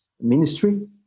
Ministry